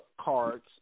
cards